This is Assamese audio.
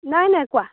নাই নাই কোৱা